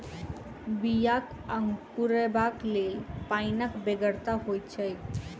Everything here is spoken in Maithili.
बियाक अंकुरयबाक लेल पाइनक बेगरता होइत छै